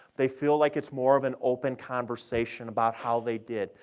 they feel like it's more of an open conversation about how they did.